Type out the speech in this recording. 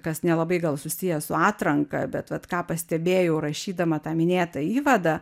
kas nelabai gal susiję su atranka bet vat ką pastebėjau rašydama tą minėtą įvadą